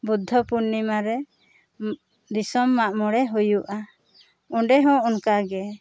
ᱵᱩᱫᱽᱫᱷᱚ ᱯᱩᱨᱱᱤᱢᱟ ᱨᱮ ᱫᱤᱥᱚᱢ ᱢᱟᱜ ᱢᱚᱬᱮ ᱦᱳᱭᱳᱜᱼᱟ ᱚᱸᱰᱮ ᱦᱚᱸ ᱚᱱᱠᱟ ᱜᱮ